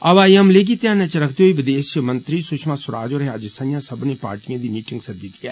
हवाई हमलें गी ध्यानै च रखदे होई विदेषमंत्री सुशमा स्वराज होरें अज्ज संत्रा सब्बनें पार्टिएं दी मीटिंग सद्दी दी ऐ